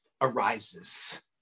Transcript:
arises